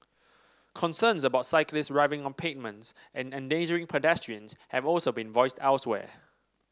concerns about cyclists riding on pavements and endangering pedestrians have also been voiced elsewhere